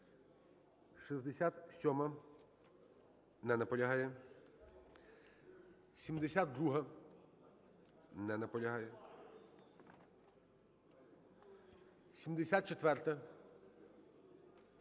67-а? Не наполягає. 72-а? Не наполягає. 74-а? Не наполягає.